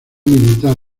militar